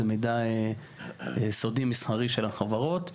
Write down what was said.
זה מידע סודי מסחרי של החברות.